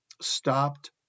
stopped